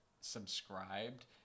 subscribed